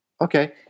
Okay